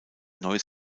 neues